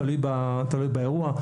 תלוי באירוע.